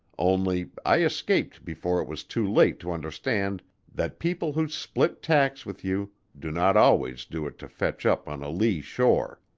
only i escaped before it was too late to understand that people who split tacks with you do not always do it to fetch up on a lee shore.